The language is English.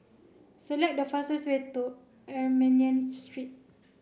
select the fastest way to Armenian Street